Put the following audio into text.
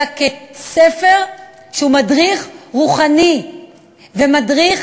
אלא כספר שהוא מדריך רוחני ומדריך